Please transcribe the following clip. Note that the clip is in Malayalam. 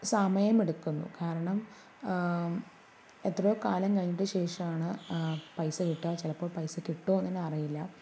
സമയമെടുക്കുന്നു കാരണം എത്രയോ കാലം കഴിഞ്ഞതിനു ശേഷമാണ് പൈസ കിട്ടുക ചിലപ്പോൾ പൈസ കിട്ടുമോയെന്നു തന്നെ അറിയില്ല